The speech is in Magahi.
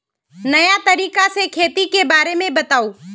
नया तरीका से खेती के बारे में बताऊं?